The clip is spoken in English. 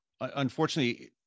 Unfortunately